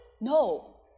No